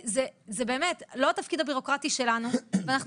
זה באמת לא התפקיד הבירוקרטי שלנו ואנחנו